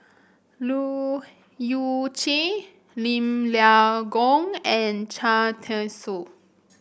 Leu Yew Chye Lim Leong Geok and Cham Tao Soon